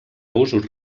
usos